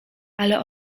ale